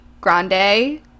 Grande